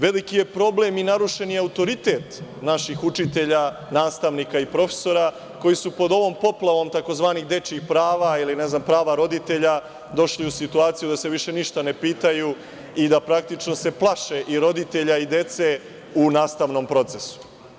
Veliki je problem i narušen je autoritet naših učitelja, nastavnika i profesora koji su pod ovom poplavom tzv. dečijih prava ili ne znam, prava roditelja došli u situaciju da se više ništa ne pitaju i da se praktično plaše roditelja i dece u nastavnom procesu.